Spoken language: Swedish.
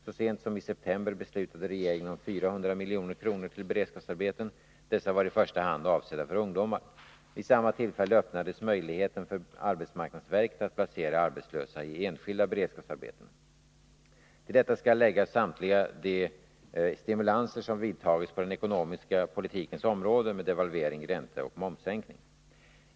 Så sent som i september beslutade regeringen om 400 milj.kr. till beredskapsarbeten. Dessa var i första hand avsedda för ungdomar. Vid samma tillfälle öppnades möjligheten för arbetsmarknadsverket att placera arbetslösa i enskilda beredskapsarbeten. Till detta skall läggas samtliga de stimulanser som vidtagits på den ekonomiska politikens område med devalvering, ränteoch momssänkning.